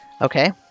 Okay